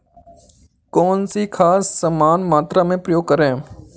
कौन सी खाद समान मात्रा में प्रयोग करें?